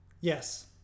Yes